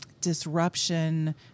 disruption